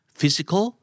physical